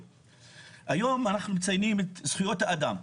היום אנחנו מציינים את זכויות האדם.